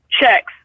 checks